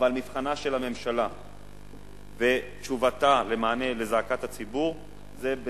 אבל מבחנה של הממשלה ותשובתה במענה לזעקת הציבור זה,